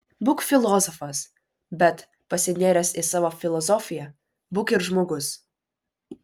būk filosofas bet pasinėręs į savo filosofiją būk ir žmogus